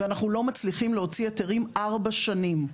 ואנחנו לא מצליחים להוציא היתרים 4 שנים.